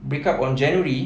break up on january